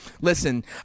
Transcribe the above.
listen